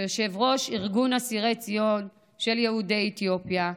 כיושב-ראש ארגון אסירי ציון של יהודי אתיופיה,